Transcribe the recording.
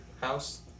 house